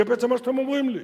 זה בעצם מה שאתם אומרים לי.